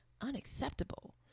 unacceptable